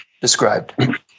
described